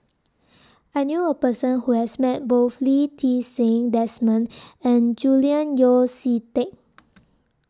I knew A Person Who has Met Both Lee Ti Seng Desmond and Julian Yeo See Teck